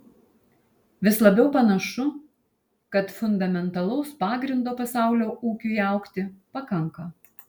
vis labiau panašu kad fundamentalaus pagrindo pasaulio ūkiui augti pakanka